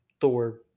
thor